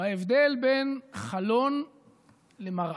בהבדל בין חלון למראה.